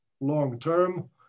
long-term